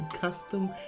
custom